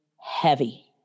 heavy